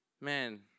man